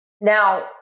Now